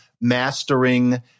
mastering